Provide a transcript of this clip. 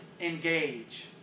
engage